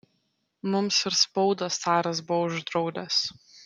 mums ir spaudą caras buvo uždraudęs